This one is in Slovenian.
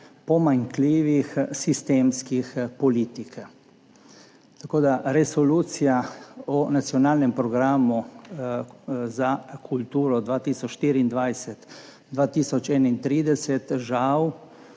pomanjkljivih sistemskih politik. Tako da Resolucija o nacionalnem programu za kulturo 2024–2031 žal